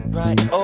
right